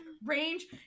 range